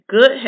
Good